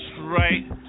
right